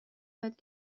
یاد